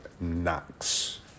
Knox